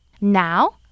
Now